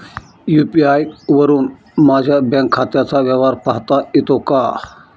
UPI वरुन माझ्या bank खात्याचा व्यवहार पाहता येतो का?